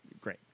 great